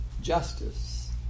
justice